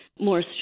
more